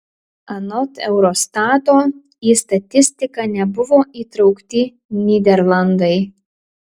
anot eurostato į statistiką nebuvo įtraukti nyderlandai